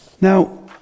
Now